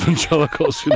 evangelicals, you